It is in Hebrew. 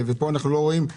ופה אנחנו לא רואים.